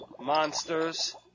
monsters